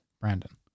brandon